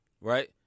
right